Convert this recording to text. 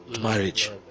marriage